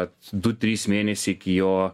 kad du trys mėnesiai iki jo